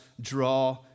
draw